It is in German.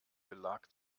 belag